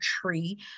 tree